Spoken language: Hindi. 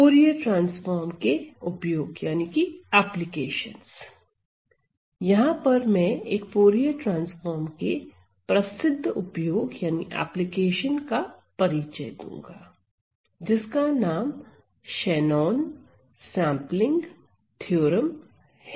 फूरिये ट्रांसफार्म के उपयोग यहां पर मैं एक फूरिये ट्रांसफार्म के एक प्रसिद्ध उपयोग का परिचय दूंगा जिसका नाम शेनॉन सेंपलिंग थ्योरम है